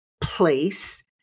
place